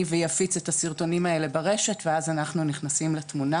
ויפיץ את הסרטונים האלה ברשת ואז אנחנו נכנסים לתמונה.